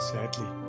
Sadly